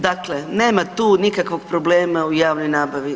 Dakle, nema tu nikakvog problema u javnoj nabavi.